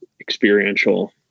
experiential